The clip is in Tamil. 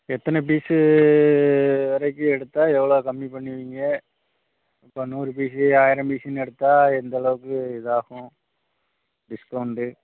எத்தனை பீஸு வரைக்கும் எடுத்தால் எவ்வளோ கம்மி பண்ணுவீங்க இப்போ நூறு பீஸு ஆயிரம் பீஸுன்னு எடுத்தால் எந்த அளவுக்கு இது ஆகும் டிஸ்கவுண்ட்டு